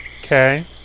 Okay